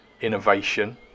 innovation